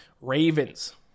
Ravens